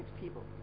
people